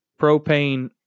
propane